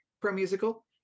pro-musical